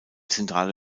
zentrale